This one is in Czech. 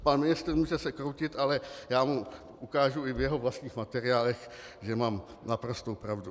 Pan ministr se může kroutit, ale já mu ukážu i v jeho vlastních materiálech, že mám naprostou pravdu.